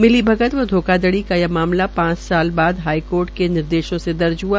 मिली भगत व धोखाधड़ी का यह मामला पांच साल बाद हाईकोर्ट के निर्देशों से दर्ज हआ